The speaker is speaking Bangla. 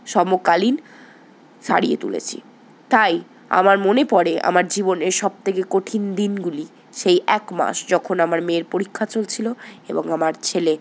সমকালীন সারিয়ে তুলেছি তাই আমার মনে পড়ে আমার জীবনের সবথেকে কঠিন দিনগুলি সেই এক মাস যখন আমার মেয়ের পরীক্ষা চলছিলো এবং আমার ছেলে